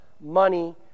money